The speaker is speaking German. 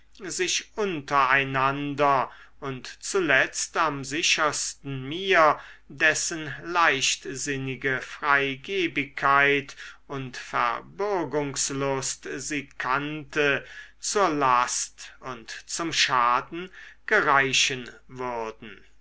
sich unter einander und zuletzt am sichersten mir dessen leichtsinnige freigebigkeit und verbürgungslust sie kannte zur last und zum schaden gereichen würden